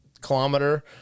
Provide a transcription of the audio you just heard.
kilometer